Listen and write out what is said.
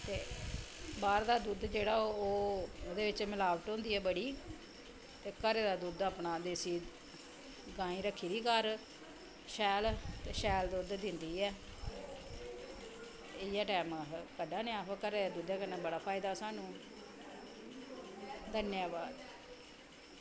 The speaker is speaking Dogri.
ते बाह्र दा दुद्ध जेह्ड़ा ओह्दे च मलावट होंदी ऐ बड़ी ते घरै दा दुद्ध अपना देसी गायें रक्खी दी घर शैल ते शैल दुद्ध दिंदी ऐ इ'यै टैम अस कड्ढा ने अस घरै दे दुद्धै नै बड़ा फायदा ऐ सानूं धन्यबाद